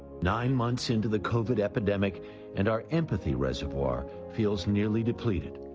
nine months into the covid epidemic and our empathy reservoir feels nearly depleted.